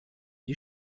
die